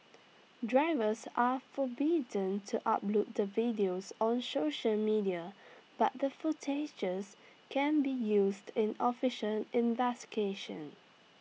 drivers are forbidden to upload the videos on social media but the footages can be used in official investigations